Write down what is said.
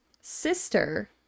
sister